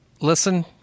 listen